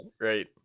right